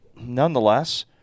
Nonetheless